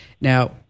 now